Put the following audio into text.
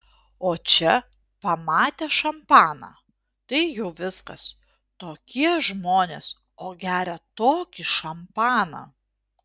o čia pamatė šampaną tai jau viskas tokie žmonės o gerią tokį šampaną